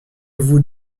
vous